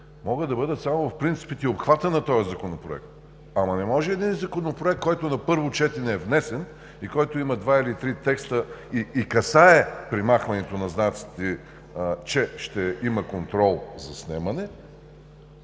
могат да бъдат само в принципите и обхвата на този Законопроект. Не може един внесен законопроект, който на първо четене има два или три текста и касае премахването на знаците, че ще има контрол, заснемане,